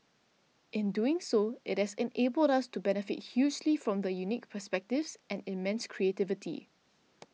in doing so it has enabled us to benefit hugely from the unique perspectives and immense creativity